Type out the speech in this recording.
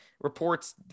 reports